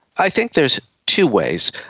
i think there's two ways.